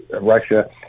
Russia